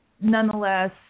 nonetheless